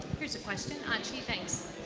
here's a question, two things.